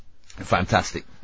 Fantastic